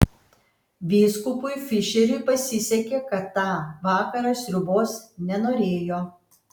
vyskupui fišeriui pasisekė kad tą vakarą sriubos nenorėjo